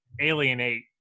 alienate